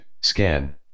scan